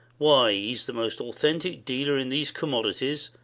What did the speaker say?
why, he's the most authentic dealer in these commodities,